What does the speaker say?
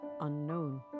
Unknown